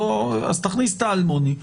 אז תכניס את האלמוני,